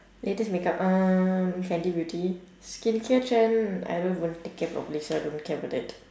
latest makeup uh fenty beauty skincare trend I don't even take care properly so I don't care about that